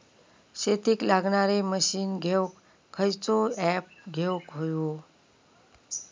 शेतीक लागणारे मशीनी घेवक खयचो ऍप घेवक होयो?